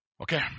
Okay